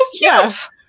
Yes